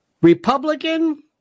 Republican